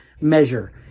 measure